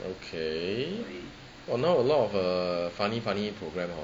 okay !wah! now a lot of funny funny program hor